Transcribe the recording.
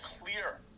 clear